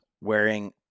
wearing